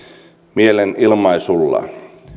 mielenilmaisullaan